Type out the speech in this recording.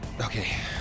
Okay